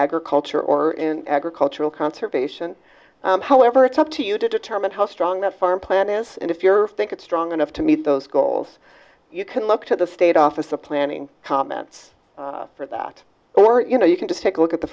agriculture or in agricultural conservation however it's up to you to determine how strong that farm plan is and if you're think it's strong enough to meet those goals you can look at the state office of planning comments for that or you know you can just take a look at the